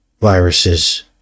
viruses